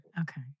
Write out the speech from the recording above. Okay